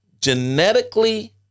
genetically